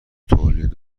تولید